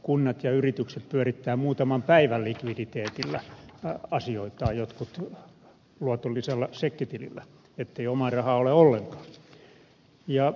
kunnat ja yritykset pyörittävät muutaman päivän likviditeetillä asioitaan jotkut luotollisella sekkitilillä ettei omaa rahaa ole ollenkaan